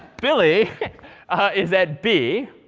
billy is at b.